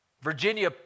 Virginia